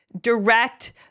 direct